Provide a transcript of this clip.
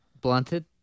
Blunted